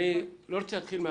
אני לא רוצה להתחיל מהסוף.